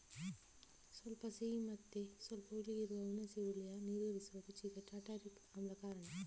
ಸ್ವಲ್ಪ ಸಿಹಿ ಮತ್ತೆ ಸ್ವಲ್ಪ ಹುಳಿ ಇರುವ ಹುಣಸೆ ಹುಳಿಯ ನೀರೂರಿಸುವ ರುಚಿಗೆ ಟಾರ್ಟಾರಿಕ್ ಆಮ್ಲ ಕಾರಣ